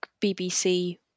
BBC